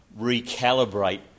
recalibrate